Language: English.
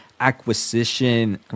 acquisition